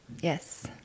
Yes